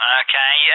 okay